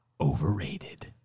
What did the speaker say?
overrated